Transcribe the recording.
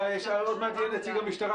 עוד מעט יהיה נציג המשטרה,